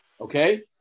Okay